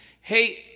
Hey